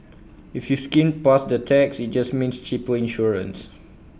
if you skimmed past that text IT just means cheaper insurance